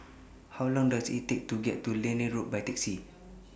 How Long Does IT Take to get to Liane Road By Taxi